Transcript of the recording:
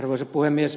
arvoisa puhemies